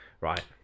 right